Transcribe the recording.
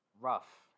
Rough